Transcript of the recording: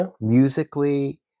musically